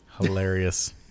Hilarious